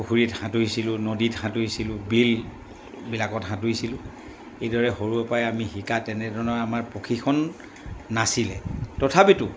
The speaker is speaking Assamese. পুখুৰীত সাঁতুৰিছিলোঁ নদীত সাঁতুৰিছিলোঁ বিলবিলাকত সাঁতুৰিছিলোঁ এইদৰে সৰুৰে পৰাই আমি শিকা তেনেধৰণৰ আমাৰ প্ৰশিক্ষণ নাছিলে তথাপিতো